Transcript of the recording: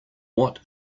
what